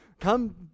come